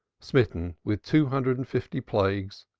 smitten with two hundred and fifty plagues,